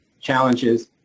challenges